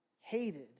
hated